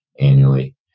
annually